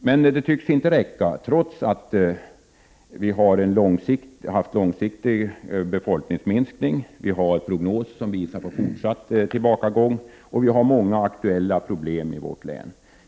Men problemen tycks inte räcka till, trots att befolkningen sedan lång tid tillbaka minskar och en prognos visar på fortsatt tillbakagång. Det finns många aktuella problem i vårt län.